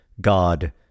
god